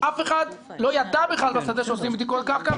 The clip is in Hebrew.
אף אחד לא ידע בכלל בשדה שעושים בדיקות קרקע,